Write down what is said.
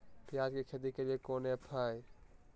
प्याज के खेती के लिए कौन ऐप हाय?